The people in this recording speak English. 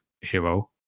hero